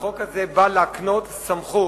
החוק הזה בא להקנות סמכות